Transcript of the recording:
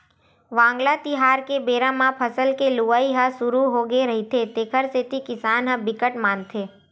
वांगला तिहार के बेरा म फसल के लुवई ह सुरू होगे रहिथे तेखर सेती किसान ह बिकट मानथे